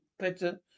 Peter